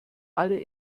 alle